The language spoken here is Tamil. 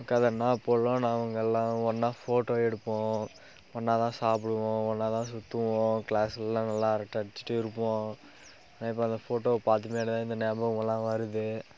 கதைன்னா அப்போயெல்லாம் நாங்களெலாம் ஒன்றா ஃபோட்டோ எடுப்போம் ஒன்றாதான் சாப்பிடுவோம் ஒன்றாதான் சுற்றுவோம் கிளாஸ்லெலாம் நல்லா அரட்டை அடிச்சுட்டே இருப்போம் இப்போ அந்த ஃபோட்டோவை பார்த்துலதான் இந்த ஞாபகங்களெலாம் வருது